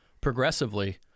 progressively